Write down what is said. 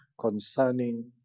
concerning